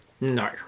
No